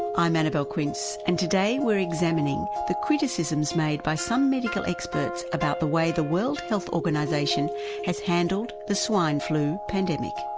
i'm annabelle quince and today we're examining the criticisms made by some medical experts about the way the world health organisation has handled the swine flu pandemic.